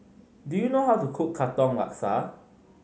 do you know how to cook Katong Laksa